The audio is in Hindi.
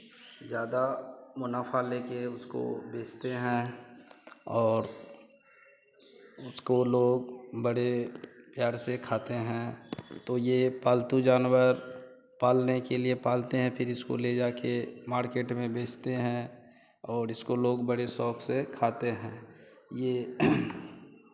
ज़्यादा मुनाफ़ा लेके उसको बेचते हैं और उसको लोग बड़े प्यार से खाते हैं तो ये पालतू जानवर पालने के लिए पालते हैं फिर इसको ले जाके मार्केट में बेचते हैं और इसको लोग बड़े शौक से खाते हैं ये